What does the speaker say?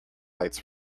lights